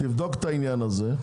תבדוק את זה,